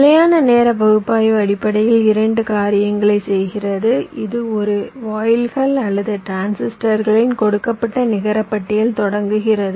நிலையான நேர பகுப்பாய்வு அடிப்படையில் 2 காரியங்களைச் செய்கிறது இது ஒரு வாயில்கள் அல்லது டிரான்சிஸ்டர்களின் கொடுக்கப்பட்ட நிகரப்பட்டியல் தொடங்குகிறது